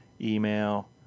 email